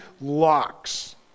locks